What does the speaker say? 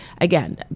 again